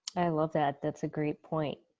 i love that. that's a great point.